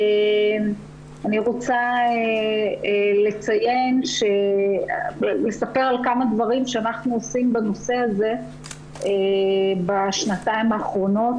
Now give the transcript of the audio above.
אני רוצה לספר על כמה דברים שאנחנו עושים בנושא הזה בשנתיים האחרונות.